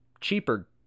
cheaper